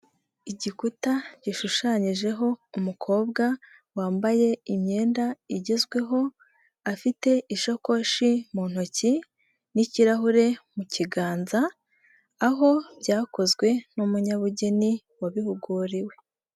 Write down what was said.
Igikuta, gishushanyijeho umukobwa, wambaye imyenda igezweho, afite ishakoshi mu ntoki, n'ikirahure mu kiganza, aho byakozwe n'umunyabugeni wabihuguriwe.